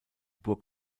burg